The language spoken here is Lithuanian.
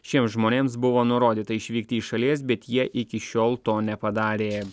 šiem žmonėms buvo nurodyta išvykti į šalies bet jie iki šiol to nepadarė